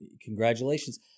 congratulations